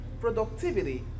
productivity